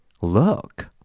look